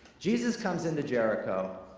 jesus comes into jericho,